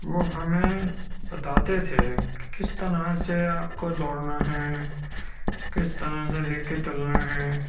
وہ ہمیں بتاتے تھے کہ کس طرح سے آپ کو دوڑنا ہے کس طرح سے لے کے چلنا ہے